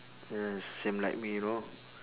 yes same like me you know